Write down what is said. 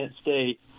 State